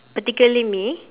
particularly me